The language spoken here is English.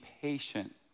patient